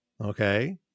Okay